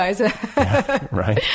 Right